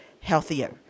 healthier